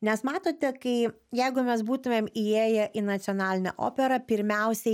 nes matote kai jeigu mes būtumėm įėję į nacionalinę operą pirmiausiai